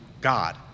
God